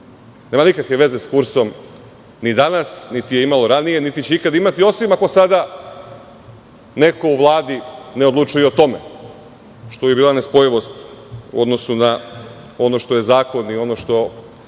Nema nikakve veze sa kursom ni danas, niti je imalo ranije, niti će ikada imati, osim ako sada neko u Vladi ne odlučuje i o tome, što bi bila nespojivost u odnosu na ono što je zakon i ono što